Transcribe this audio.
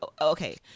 okay